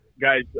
guys